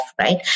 right